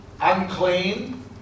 Unclean